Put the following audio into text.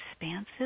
expansive